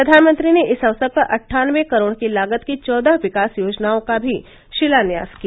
प्रधानमंत्री ने इस अवसर पर अठान्नबे करोड़ की लागत की चौदह विकास योजनाओं का भी शिलान्यास किया